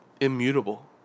immutable